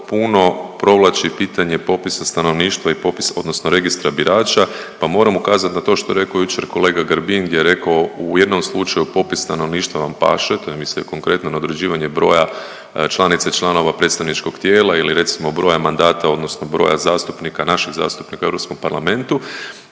puno provlači pitanje popisa stanovništva i popisa odnosno Registra birača pa moram ukazati na to što je rekao jučer kolega Grbin gdje je rekao u jednom slučaju popis stanovništva vam paše, to je mislio konkretno na određivanje broja članica i članova predstavničkog tijela ili recimo broja mandata odnosno broja zastupnika, naših zastupnika u Europskom parlamentu,